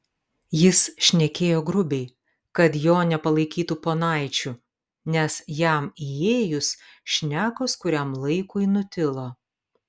jis šnekėjo grubiai kad jo nepalaikytų ponaičiu nes jam įėjus šnekos kuriam laikui nutilo